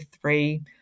three